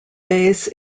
bass